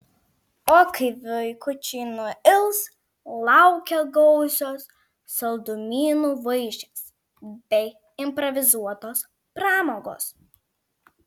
o kai vaikučiai nuils laukia gausios saldumynų vaišės bei improvizuotos pramogos